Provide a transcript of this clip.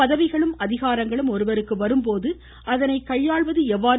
பதவிகளும் அதிகாரங்களும் ஒருவருக்கு வரும்போது அதனை கையாள்வது எவ்வாறு